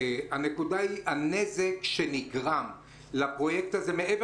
הנקודה היא הנזק שנגרם לפרויקט הזה מעבר